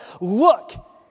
look